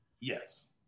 Yes